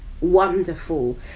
Wonderful